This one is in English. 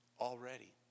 already